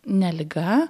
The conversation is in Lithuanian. ne liga